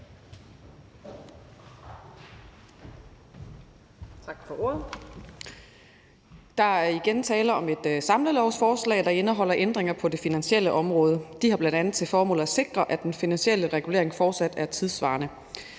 Tak for ordet.